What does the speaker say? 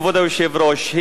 כבוד היושב-ראש,